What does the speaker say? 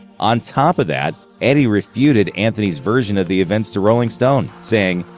on top of that, eddie refuted anthony's version of the events to rolling stone, saying,